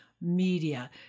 media